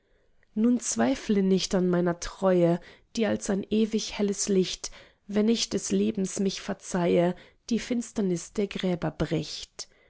nur zweifle nicht an meiner treue die als ein ewig helles licht wenn ich des lebens mich verzeihe die finsternis der gräber bricht